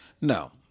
No